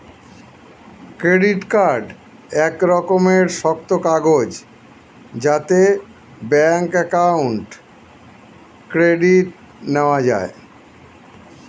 credit card এক রকমের শক্ত কাগজ যাতে ব্যাঙ্ক অ্যাকাউন্ট ক্রেডিট নেওয়া যায়